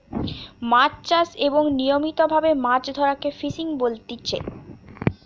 মাছ চাষ এবং নিয়মিত ভাবে মাছ ধরাকে ফিসিং বলতিচ্ছে